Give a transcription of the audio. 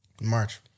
March